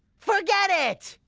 forget it!